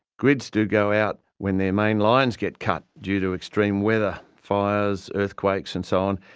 grids do go out when their main lines get cut due to extreme weather, fires, earthquakes and so on,